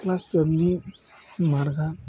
class तुवेल्भनि मार्कआ